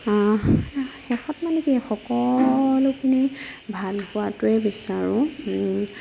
শেষত মানে কি সকলোখিনিৰ ভাল হোৱাটোৱে বিচাৰো